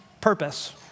purpose